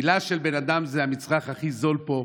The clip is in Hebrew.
מילה של בן אדם זה המצרך הכי זול פה.